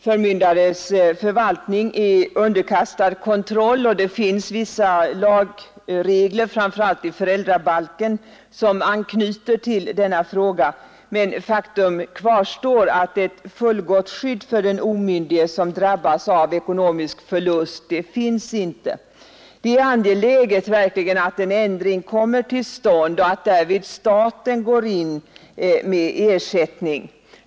Förmyndares förvaltning är underkastad kontroll, och det finns vissa lagregler — framför allt i föräldrabalken — som anknyter till denna fråga, men faktum kvarstår: ett fullgott skydd för den omyndige som drabbas av ekonomisk förlust föreligger inte. Det är verkligen angeläget att en ändring kommer till stånd och att därvid staten går in med ersättning.